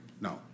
No